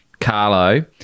carlo